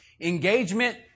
Engagement